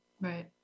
right